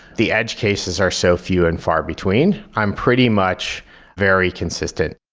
the edge cases are so few and far between, i'm pretty much very consistent.